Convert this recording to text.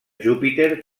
júpiter